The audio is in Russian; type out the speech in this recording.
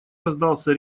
раздался